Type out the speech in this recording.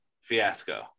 fiasco